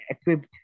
equipped